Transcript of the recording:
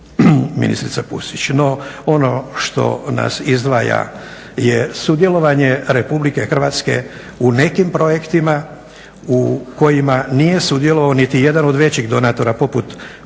ministrica Pusić. No, ono što nas izdvaja je sudjelovanje Republike Hrvatske u nekim projektima u kojima nije sudjelovao niti jedan od većih donatora poput projekta